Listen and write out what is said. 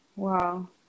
Wow